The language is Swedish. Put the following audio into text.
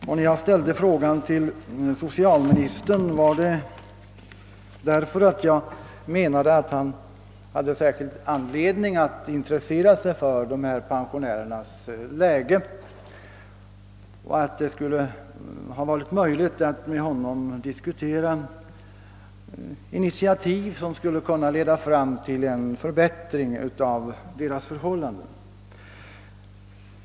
Att jag riktade interpellationen till socialministern berodde på att jag ansåg att han hade särskild anledning att intressera sig för ifrågavarande pensionärers läge och att det skulle ha varit möjligt att med honom diskutera initiativ som kunde leda fram till en förbättring av förhållandena.